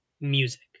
music